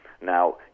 Now